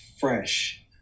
fresh